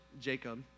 Jacob